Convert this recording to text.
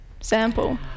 sample